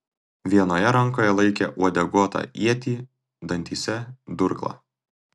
vienoje rankoje laikė uodeguotą ietį dantyse durklą